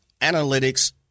Analytics